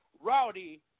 Rowdy